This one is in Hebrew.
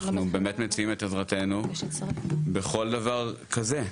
אנחנו באמת מציעים את עזרתנו בכל דבר כזה,